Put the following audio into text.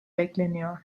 bekleniyor